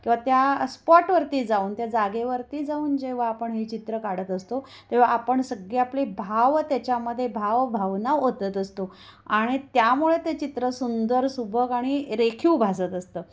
किंवा त्या स्पॉटवरती जाऊन त्या जागेवरती जाऊन जेव्हा आपण ही चित्रं काढत असतो तेव्हा आपण सगळे आपले भाव त्याच्यामध्ये भाव भावना ओतत असतो आणि त्यामुळे ते चित्र सुंदर सुबक आणि रेखीव भासत असतं